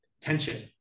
tension